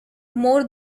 more